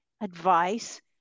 advice